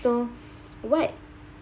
so what